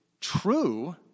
true